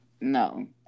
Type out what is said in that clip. No